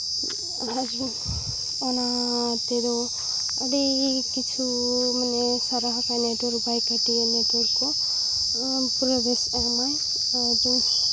ᱟᱨ ᱚᱱᱟ ᱛᱮᱫᱚ ᱟᱹᱰᱤ ᱠᱤᱪᱷᱩ ᱢᱟᱱᱮ ᱥᱟᱨᱟ ᱦᱟᱠᱟᱱᱟ ᱱᱮᱴᱚᱣᱟᱨ ᱠᱚ ᱵᱟᱭ ᱠᱟᱹᱢᱤᱭᱟ ᱴᱚᱣᱟᱨ ᱠᱚ ᱯᱩᱨᱟᱹ ᱵᱮᱥ ᱮᱢᱟᱭ ᱟᱨ